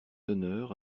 d’honneur